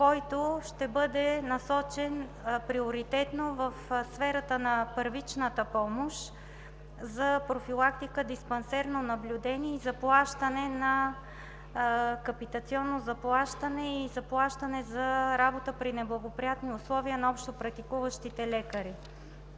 който ще бъде насочен приоритетно в сферата на първичната помощ за профилактика, диспансерно наблюдение, капитационно заплащане и заплащане за работа при неблагоприятни условия на общопрактикуващите лекари.